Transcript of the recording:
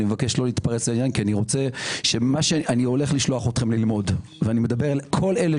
מה שאני הולך לשלוח אתכם ללמוד ואני מדבר לכל אלה